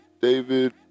David